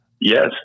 Yes